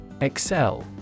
Excel